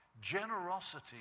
generosity